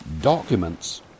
documents